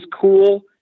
cool